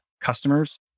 customers